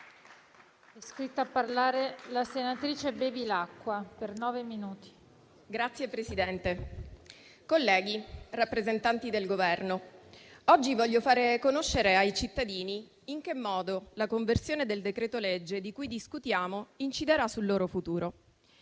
Signora Presidente, colleghi, rappresentanti del Governo, oggi vorrei far conoscere ai cittadini in che modo la conversione in legge del decreto-legge in discussione inciderà sul loro futuro.